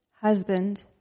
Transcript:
Husband